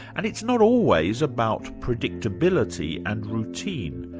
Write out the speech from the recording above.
and it's not always about predictability and routine,